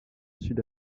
sud